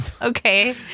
Okay